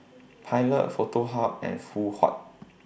Pilot A Foto Hub and Phoon Huat